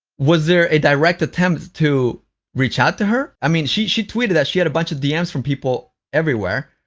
was there a direct attempt to reach out to her? i mean, she she tweeted that she had a bunch of dms from people everywhere,